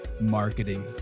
marketing